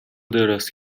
دراز